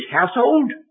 household